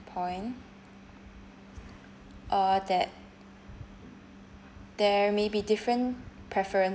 point or that there may be different preferen~